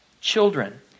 children